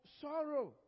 sorrow